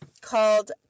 called